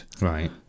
Right